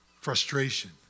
frustration